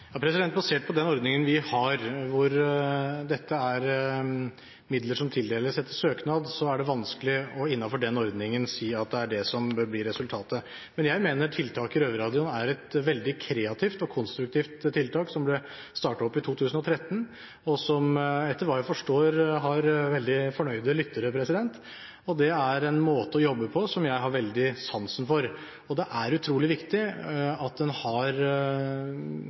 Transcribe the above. den ordningen å si at det er det som bør bli resultatet. Men jeg mener tiltaket Røverradioen er et veldig kreativt og konstruktivt tiltak, som ble startet opp i 2013, og som, etter hva jeg forstår, har veldig fornøyde lyttere. Det er en måte å jobbe på som jeg har veldig sansen for. Det er utrolig viktig at en har